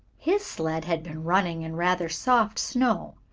his sled had been running in rather soft snow.